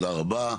תודה רבה,